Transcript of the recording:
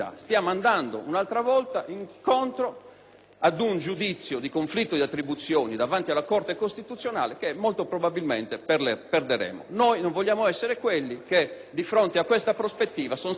ad un giudizio di conflitto di attribuzioni davanti alla Corte costituzionale che molto probabilmente perderemo. Noi non vogliamo essere quelli che di fronte a tale prospettiva oggi sono stati zitti.